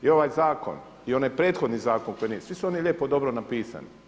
I ovaj zakon i onaj prethodni zakon, svi su oni lijepo dobro napisani.